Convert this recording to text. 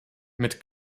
mit